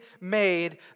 made